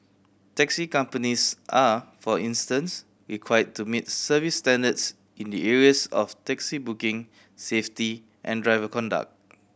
taxi companies are for instance required to meet service standards in the areas of taxi booking safety and driver conduct